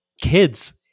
kids